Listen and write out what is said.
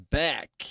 back